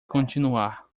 continuar